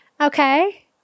okay